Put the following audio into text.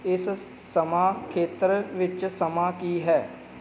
ਇਸ ਸਮਾਂ ਖੇਤਰ ਵਿੱਚ ਸਮਾਂ ਕੀ ਹੈ